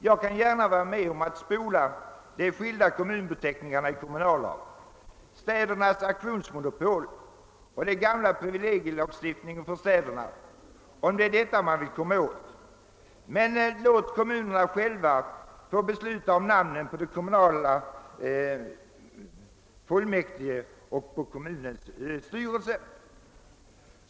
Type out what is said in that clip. Jag kan gärna vara med om att slopa de skilda kommunbeteckningarna i kommunallagen, städernas auktionsmonopol och den gamla privilegielagstiftningen för städerna, om det nu är detta man vill komma åt. Men låt kommunerna själva få besluta om namnen på kommunala fullmäktige och på kommunens styrelse.